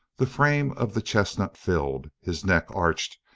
the frame of the chestnut filled, his neck arched,